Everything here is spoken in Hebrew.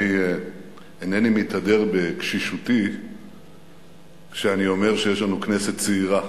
אני אינני מתהדר בקשישותי כשאני אומר שיש לנו כנסת צעירה.